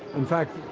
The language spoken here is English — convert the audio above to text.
in fact,